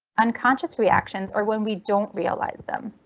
unconscious reactions are when we don't realize them.